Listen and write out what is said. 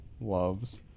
loves